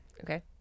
Okay